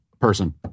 person